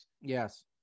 Yes